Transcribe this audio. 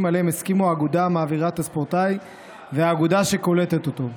שעליהם הסכימו האגודה המעבירה את הספורטאי והאגודה שקולטת אותו.